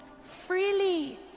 freely